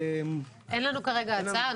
אין לנו כרגע הצעה.